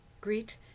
Greet